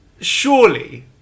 Surely